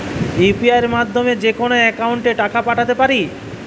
UPI মাধ্যমে যেকোনো একাউন্টে টাকা পাঠাতে পারি?